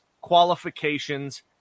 qualifications